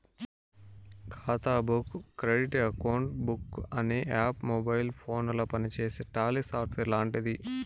ఖాతా book credit account book అనే app mobile ఫోనుల పనిచేసే టాలీ సాఫ్ట్వేర్ లాంటిది